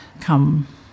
come